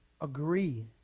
Agree